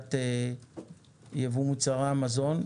בסוגיית ייבוא מוצרי המזון,